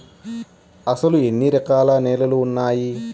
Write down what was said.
అసలు ఎన్ని రకాల నేలలు వున్నాయి?